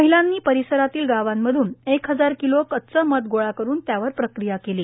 महिलांनी परिसरातील गावांमधून एक हजार किलो कच्चे मध गोळा करून त्यावर प्रक्रिया केली